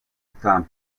estaban